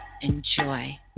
enjoy